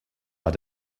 are